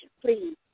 please